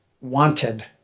wanted